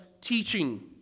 teaching